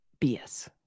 BS